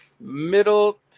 middle